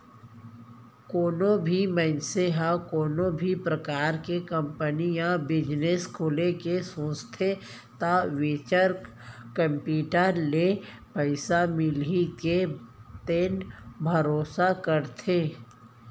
कोनो भी मनसे ह कोनो भी परकार के कंपनी या बिजनेस खोले के सोचथे त वेंचर केपिटल ले पइसा मिलही तेन भरोसा करथे